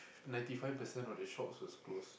ninety five percent of the shops was closed